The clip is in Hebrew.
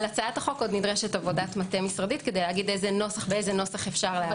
על הצעת החוק עוד נדרשת עבודת מטה משרדית כדי לראות באיזה נוסח אפשר.